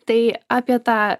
tai apie tą